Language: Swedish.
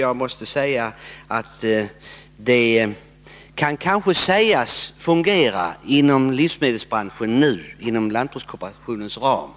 Jag måste säga att det kanske kan fungera inom livsmedelsbranschen nu, inom lantbrukskooperationens ram,